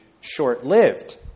short-lived